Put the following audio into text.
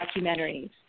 documentaries